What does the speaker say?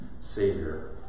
Savior